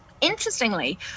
interestingly